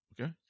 Okay